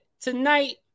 tonight